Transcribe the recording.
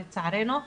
לצערנו.